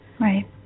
Right